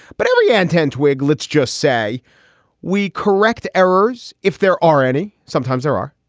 but every antenna. twigg let's just say we correct errors if there are any. sometimes there are.